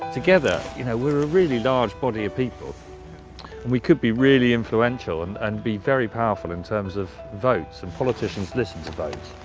together you know we are a really large body of people and we could be really influential and and be very powerful in terms of votes and politicians listen to votes.